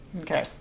Okay